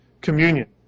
communion